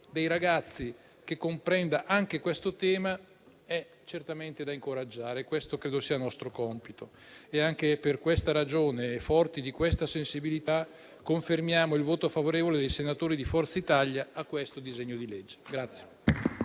dei ragazzi che comprenda anche questo tema. Questo credo sia nostro compito. Anche per questa ragione e forti di questa sensibilità, confermiamo il voto favorevole dei senatori di Forza Italia a questo disegno di legge.